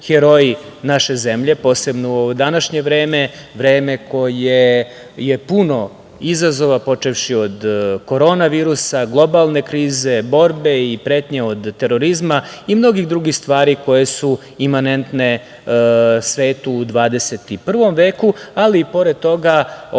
naše zemlje, posebno u današnje vreme, vreme koje je puno izazova, počevši od korona virusa, globalne krize, borbe i pretnje od terorizma i mnoge druge stvari koje su imanentne svetu u 21. veku. Ali, i pored toga,